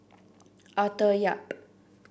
Arthur Yap